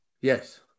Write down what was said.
Yes